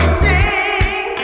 sing